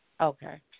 Okay